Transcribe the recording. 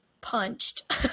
punched